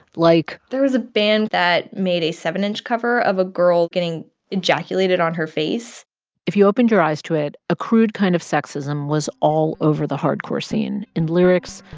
like. there was a band that made a seven inch cover of a girl getting ejaculated on her face if you opened your eyes to it, a crude kind of sexism was all over the hardcore scene in lyrics,